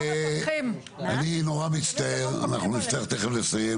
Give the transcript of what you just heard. אני נורא מצטער, אנחנו תכף נצטרך לסיים